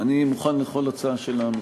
אני מוכן לכל הצעה של המציעים,